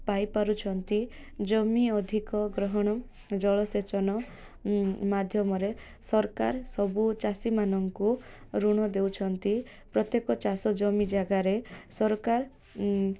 ପାଇ ପାରୁଛନ୍ତି ଜମି ଅଧିକ ଗ୍ରହଣ ଜଳସେଚନ ମାଧ୍ୟମରେ ସରକାର ସବୁ ଚାଷୀମାନଙ୍କୁ ଋଣ ଦେଉଛନ୍ତି ପ୍ରତ୍ୟେକ ଚାଷ ଜମି ଜାଗାରେ ସରକାର